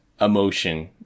emotion